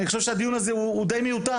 אני חושב שהדיון הזה הוא הוא די מיותר,